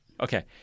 Okay